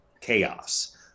chaos